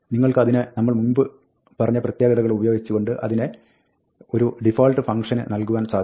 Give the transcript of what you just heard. നിങ്ങൾക്ക് അതിനെ നമ്മൾ മുൻപ് പറഞ്ഞ പ്രത്യേകതയുപയോഗിച്ചുകൊണ്ട് അതിനെ ഒരു ഡിഫാൾട്ട് ഫംഗ്ഷന് നൽകുവാൻ സാധിക്കും